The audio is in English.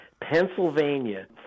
Pennsylvania